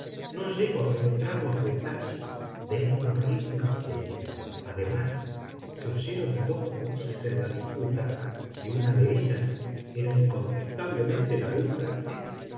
no llego a penetrar los detalles de este horrible misterio además se oyeron dos voces en la disputa y una de ellas era incontestablemente la de un francés